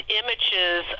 images